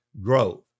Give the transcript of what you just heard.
growth